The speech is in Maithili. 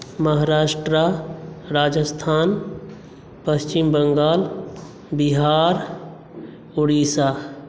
महाराष्ट्र राजस्थान पश्चिमबङ्गाल बिहार उड़ीसा